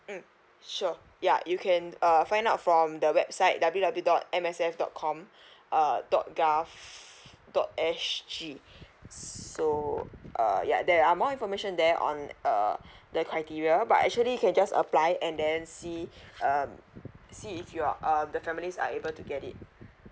mm sure yeah you can err find out from the website W W dot M S F dot com err dot gov~ dot S G so err yeah there are more information there on err the criteria but actually can just apply and then see um see if your err the families are able to get it